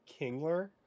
Kingler